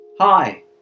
Hi